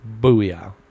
Booyah